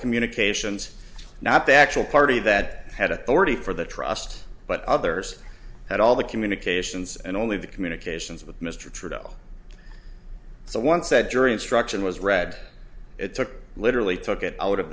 communications not the actual party that had authority for the trust but others had all the communications and only the communications with mr trudeau so once that jury instruction was read it took literally took it out of